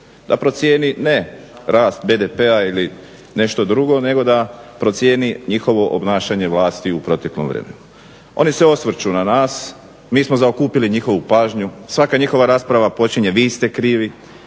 Da procijeni ne rast BDP-a ili nešto drugo nego da procijeni njihovo obnašanje vlasti u proteklom vremenu. Oni se osvrću na nas, mi smo zaokupili njihovu pažnju, svaka njihova rasprava počinje vi ste krivi.